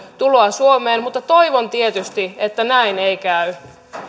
tuloa suomeen mutta toivon tietysti että näin ei käy